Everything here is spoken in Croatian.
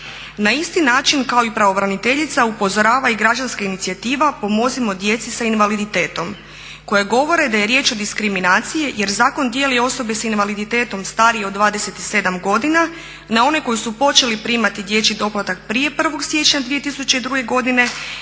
Na isti način kao i pravobraniteljica upozorava i građanska inicijativa "Pomozimo djeci sa invaliditetom" koje govore da je riječ o diskriminaciji, jer zakon dijeli osobe sa invaliditetom starije od 27 godina na one koji su počeli primati dječji doplatak prije 1. siječnja 2002. godine